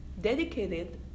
dedicated